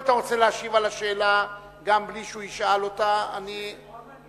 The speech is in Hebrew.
אם אתה רוצה להשיב על השאלה גם בלי שהוא ישאל אותה אני אשמח,